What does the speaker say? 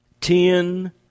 ten